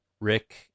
Rick